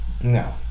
No